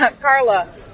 Carla